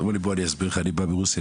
הוא אמר לי "אני בא מרוסיה,